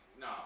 No